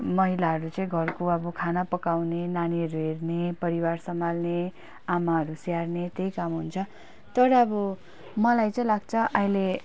महिलाहरू चाहिँ घरको अब खाना पकाउने नानीहरू हेर्ने परिवार सम्हाल्ने आमाहरू स्याहार्ने त्यही कामहरू हुन्छ तर अब मलाई चाहिँ लाग्छ अहिले